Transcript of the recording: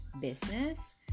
business